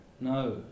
no